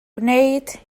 gwneud